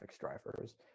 drivers